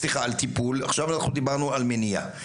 עכשיו אנחנו דיברנו על מניעה,